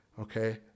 okay